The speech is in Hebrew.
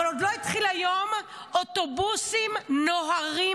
עוד לא התחיל היום ואוטובוסים של חרדים נוהרים,